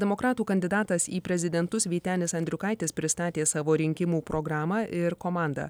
demokratų kandidatas į prezidentus vytenis andriukaitis pristatė savo rinkimų programą ir komandą